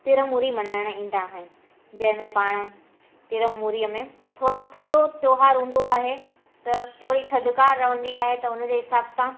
तिरमूरी मल्हाइण ईंदा आहिनि जंहिं में पाणि तिरमूरीअ में थोरो थधो त्योहार हूंदो आहे त थोरी थधिकार रहंदी आहे त हुनजे हिसाब सां